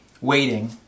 waiting